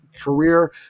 career